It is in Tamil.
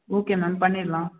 ஓகே மேம் பண்ணிடலாம்